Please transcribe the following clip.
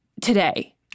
today